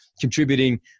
contributing